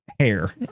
hair